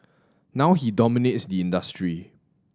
now he dominates the industry